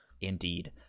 Indeed